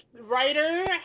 writer